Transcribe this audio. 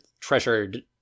treasured